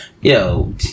Yo